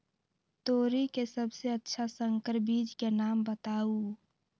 तोरी के सबसे अच्छा संकर बीज के नाम बताऊ?